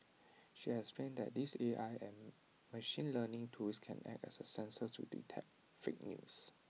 she explained that these A I and machine learning tools can act as A sensor to detect fake news